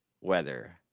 weather